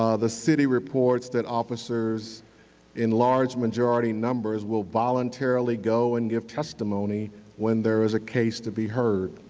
um the city reports that officers in large majority numbers will voluntarily go and give testimony when there's a case to be heard.